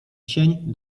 sień